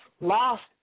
lost